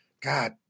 God